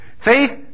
Faith